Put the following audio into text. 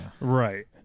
right